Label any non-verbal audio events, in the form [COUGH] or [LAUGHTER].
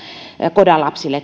coda lapsille [UNINTELLIGIBLE]